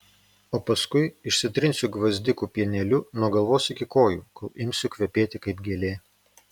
o paskui išsitrinsiu gvazdikų pieneliu nuo galvos iki kojų kol imsiu kvepėti kaip gėlė